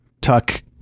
tuck